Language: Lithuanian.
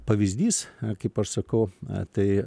pavyzdys kaip aš sakau tai